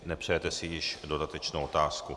Nepřejete si již dodatečnou otázku.